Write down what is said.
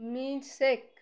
milk shake